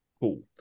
Cool